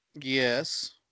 Yes